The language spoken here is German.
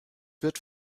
wird